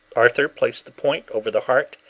arthur placed the point over the heart,